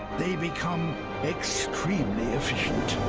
they become extremely efficient.